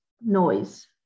noise